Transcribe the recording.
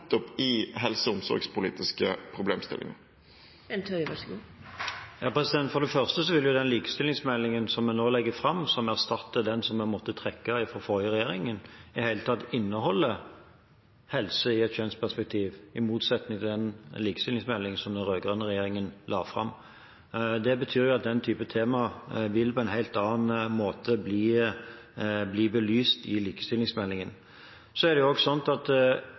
i nettopp helse- og omsorgspolitiske problemstillinger. For det første vil jo den likestillingsmeldingen som vi nå legger fram, som erstatter den som en måtte trekke, fra den forrige regjeringen, i det hele tatt inneholde helse i et kjønnsperspektiv, i motsetning til den likestillingsmeldingen som den rød-grønne regjeringen la fram. Det betyr at den type tema på en helt annen måte vil bli belyst i likestillingsmeldingen. Det er